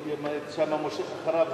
מופיע שם, מושך אחריו המון.